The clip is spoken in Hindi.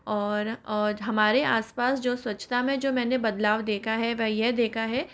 और और हमारे आसपास जो स्वच्छता में जो मैंने बदलाव देखा है वह यह देखा है